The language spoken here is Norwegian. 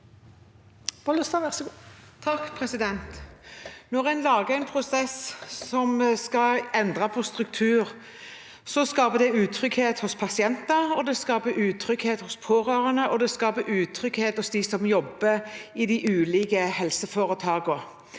Når en la- ger en prosess som skal endre på struktur, skaper det utrygghet hos pasienter, det skaper utrygghet hos pårørende, og det skaper utrygghet hos dem som jobber i de ulike helseforetakene